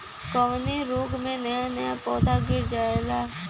कवने रोग में नया नया पौधा गिर जयेला?